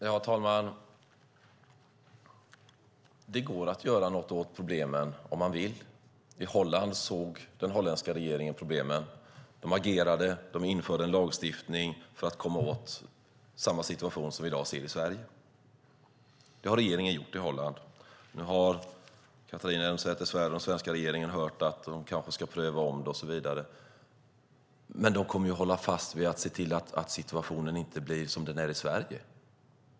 Herr talman! Det går att göra något åt problemen om man vill. I Holland såg regeringen problemen. Man agerade och man införde en lagstiftning för att komma åt en sådan situation som vi i dag ser i Sverige. Det har regeringen i Holland gjort. Nu har Catharina Elmsäter-Svärd och den svenska regeringen hört att det kanske ska omprövas. Men man kommer ju att hålla fast vid att se till att situationen inte blir som den är i Sverige.